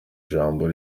jambo